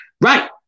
Right